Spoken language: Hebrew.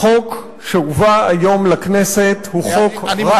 החוק שהובא היום לכנסת הוא חוק רע,